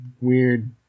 weird